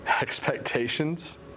expectations